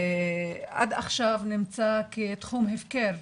עד עכשיו נמצא כתחום הפקר,